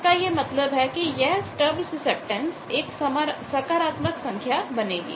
इसका यह मतलब है कि यह स्टब सुसेप्टटेन्स एक सकारात्मक संख्या बनेगी